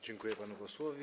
Dziękuję panu posłowi.